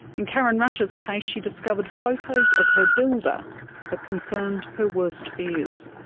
in karen rush's case, she discovered photos of her builder that confirmed her worst fears.